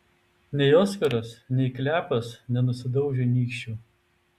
nei oskaras nei klepas nenusidaužė nykščių